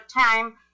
time